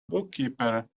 bookkeeper